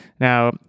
Now